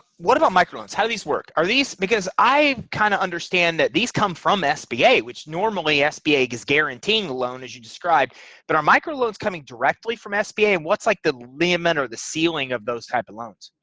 what about microloans how these works are these because i kind of understand that these come from sba which normally sba is guaranteeing loans as you describe but our microloans coming directly from sba and what's like the limit or the ceiling of those type of loans.